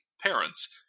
parents